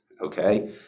okay